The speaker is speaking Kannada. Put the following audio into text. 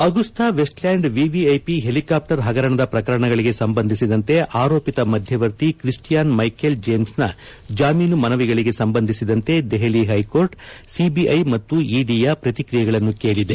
ಅಗುಸ್ತ ವೆಸ್ಟ್ಲ್ಯಾಂಡ್ ವಿವಿಐಪಿ ಹೆಲಿಕಾಪ್ಪರ್ ಹಗರಣದ ಪ್ರಕರಣಗಳಿಗೆ ಸಂಬಂಧಿಸಿದಂತೆ ಆರೋಪಿತ ಮಧ್ಯವರ್ತಿ ಕ್ರಿಸ್ಸಿಯಾನ್ ಮ್ವೆಖೆಲ್ ಜೇಮ್ಸ್ನ ಜಾಮೀನು ಮನವಿಗಳಿಗೆ ಸಂಬಂಧಿಸಿದಂತೆ ದೆಹಲಿ ಹೈಕೋರ್ಟ್ ಸಿಬಿಐ ಮತ್ತು ಇದಿಯ ಪ್ರತಿಕ್ರಿಯೆಗಳನ್ನು ಕೇಳಿದೆ